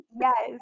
Yes